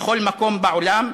בכל מקום בעולם,